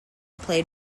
played